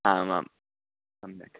आमां सम्यक्